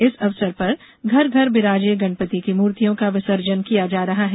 इस अवसर पर घर घर बिराजे गणपति की मूर्तियों का विसर्जन किया जा रहा है